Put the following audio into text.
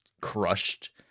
crushed